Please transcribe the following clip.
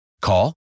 Call